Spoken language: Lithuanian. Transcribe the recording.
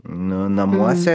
nu namuose